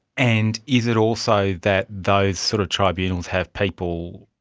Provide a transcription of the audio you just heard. and is it also that those sort of tribunals have people,